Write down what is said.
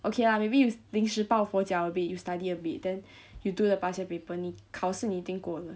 okay lah maybe you 临时抱佛脚 a bit you study a bit then you do the past year paper 你考试你一定过得